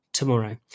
tomorrow